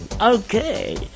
Okay